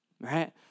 right